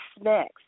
snacks